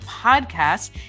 podcast